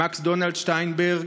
מקס דונלד שטיינברג,